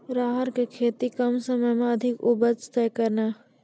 राहर की खेती कम समय मे अधिक उपजे तय केना?